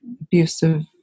abusive